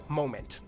moment